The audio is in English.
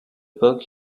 book